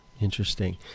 Interesting